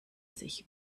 sich